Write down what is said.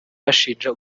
bashinja